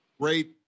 great